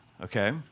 Okay